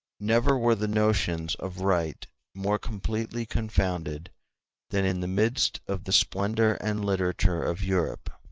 never were the notions of right more completely confounded than in the midst of the splendor and literature of europe